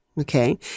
Okay